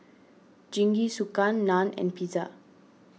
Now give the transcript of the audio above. Jingisukan Naan and Pizza